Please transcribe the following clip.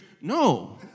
no